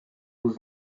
was